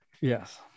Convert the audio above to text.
yes